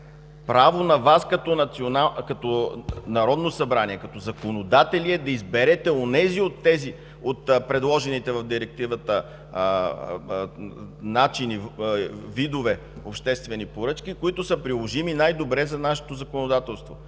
Право на Вас като Народно събрание, като законодатели е да изберете онези от предложените в директивата начини, видове обществени поръчки, които са приложими най-добре за нашето законодателство